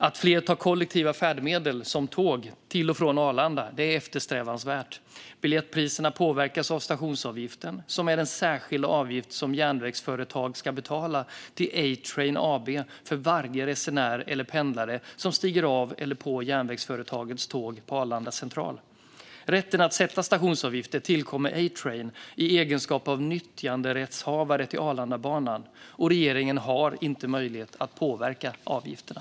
Att fler tar kollektiva färdmedel, som tåg, till och från Arlanda är eftersträvansvärt. Biljettpriserna påverkas av stationsavgiften, som är den särskilda avgift som järnvägsföretag ska betala till A-Train AB för varje resenär eller pendlare som stiger av eller på järnvägsföretagets tåg på Arlanda central. Rätten att sätta stationsavgifter tillkommer A-Train i egenskap av nyttjanderättshavare till Arlandabanan. Regeringen har inte möjlighet att påverka avgifterna.